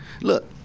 Look